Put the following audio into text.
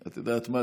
את יודעת מה?